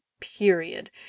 period